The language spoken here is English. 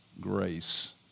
grace